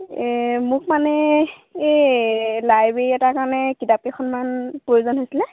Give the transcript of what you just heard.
এই মোক মানে এই লাইব্ৰেৰী এটাৰ কাৰণে কিতাপকেইখনমান প্ৰয়োজন হৈছিলে